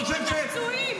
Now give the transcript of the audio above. תביאו חיילים.